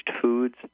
foods